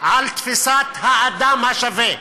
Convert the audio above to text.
על תפיסת האדם השווה,